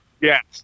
Yes